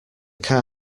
car